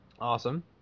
Awesome